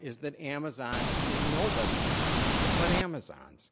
is that amazon is nobody's friend but amazon's.